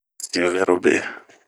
Siwɛɛrobe.